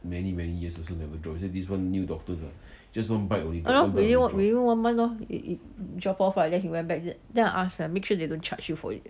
!hannor! within within one month lor already drop off ah then he went back then I ask ah make sure they don't charge you for it